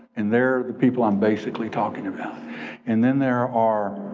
and they're the people i'm basically talking about and then there are